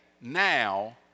now